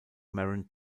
maren